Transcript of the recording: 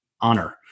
honor